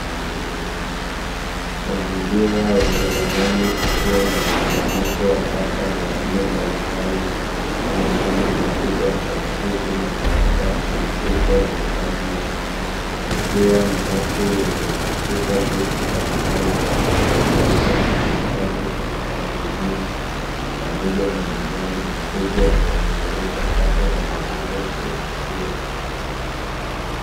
Mazingira ya jalalani kukiwa na mkusanyiko wa taka za aina mbalimbali kama vile: mifuko ya plastiki, makaratasi, chupa za maji; kukiwa na watu wanaotafuta vitu mbalimbali katika taka hizo na kuhifadhi katika magunia pamoja na magari makubwa yanayoleta taka na kumwaga sehemu hiyo.